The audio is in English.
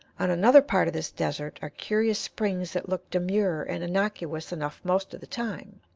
on another part of this desert are curious springs that look demure and innocuous enough most of the time,